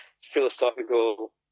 philosophical